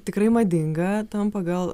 tikrai madinga tampa gal